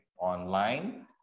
Online